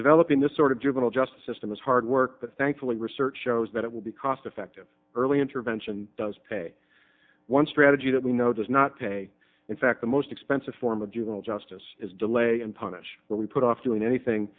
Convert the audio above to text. looking this sort of juvenile justice system is hard work but thankfully research shows that it will be cost effective early intervention does pay one strategy that we know does not pay in fact the most expensive form of juvenile justice is delay and punish where we put off doing anything